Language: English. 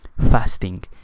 fasting